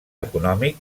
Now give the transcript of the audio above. econòmic